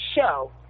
show